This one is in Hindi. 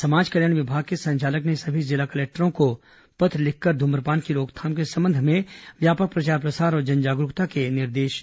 समाज कल्याण विभाग के संचालक ने सभी जिला कलेक्टरों को पत्र लिखकर धूम्रपान की रोकथाम के संबंध में व्यापक प्रचार और जन जागरूकता के निर्देश दिए हैं